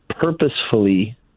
purposefully